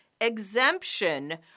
exemption